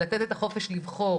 לתת את החופש לבחור,